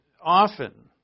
often